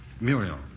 Muriel